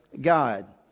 God